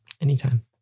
Anytime